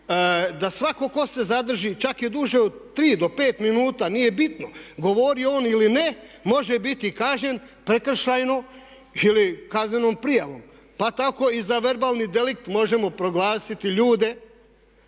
da svatko tko se zadrži čak i duže od 3 do 5 minuta, nije bitno govori on il ne, može biti kažnjen prekršajno ili kaznenom prijavom. Pa tako i za verbalni delikt možemo proglasiti ljude